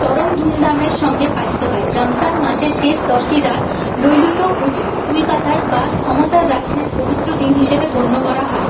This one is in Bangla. চরম ধুমধামের সঙ্গে পালিত হয় রমজান মাসের শেষ দশটি রাত লৈলুত উল কাতার বা ক্ষমতার রাত্রির পবিত্র দিন হিসেবে গণ্য করা হয়